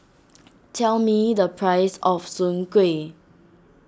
tell me the price of Soon Kueh